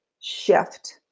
shift